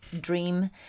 dream